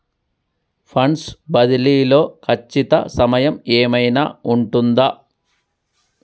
Funds బదిలీ లో ఖచ్చిత సమయం ఏమైనా ఉంటుందా?